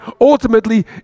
ultimately